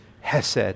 hesed